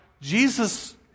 Jesus